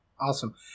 Awesome